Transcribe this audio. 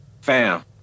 Fam